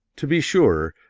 to be sure,